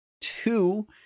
Two